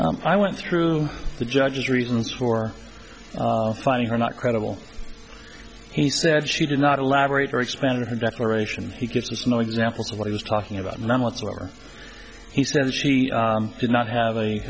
i went through the judge's reasons for finding her not credible he said she did not elaborate very expanding her declaration he gives us more examples of what he was talking about none whatsoever he says she did not have a